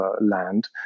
land